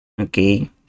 Okay